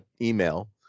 email